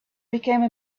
became